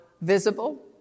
visible